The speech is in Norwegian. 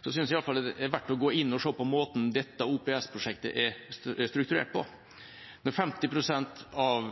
synes jeg i alle fall det er verdt å gå inn og se på måten dette OPS-prosjektet er strukturert på. Når 50 pst. av